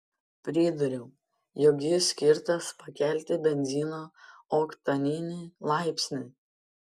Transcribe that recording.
pridūriau jog jis skirtas pakelti benzino oktaninį laipsnį